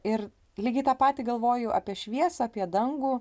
ir lygiai tą patį galvoju apie šviesą apie dangų